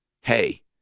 Hey